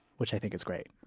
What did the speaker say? which i think is great